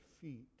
feet